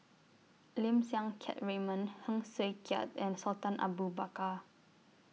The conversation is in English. Lim Siang Keat Raymond Heng Swee Keat and Sultan Abu Bakar